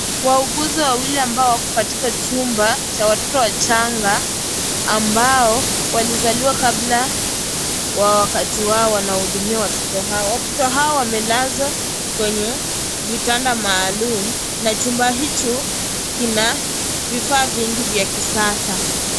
Wauguzi wawili ambao wako katika chumba cha watoto wachanga, ambao walizaliwa kabla wa wakati wao, wanahudumia watoto hao. Watoto hao wamelazwa kwenye vitanda maalum na chumba hicho kina vifaa vingi vya kisasa.